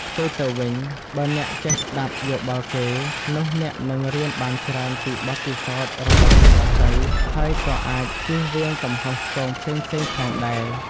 ផ្ទុយទៅវិញ បើអ្នកចេះស្ដាប់យោបល់គេ នោះអ្នកនឹងរៀនបានច្រើនពីបទពិសោធន៍របស់អ្នកដទៃ ហើយក៏អាចជៀសវាងកំហុសឆ្គងផ្សេងៗផងដែរ។